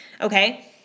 okay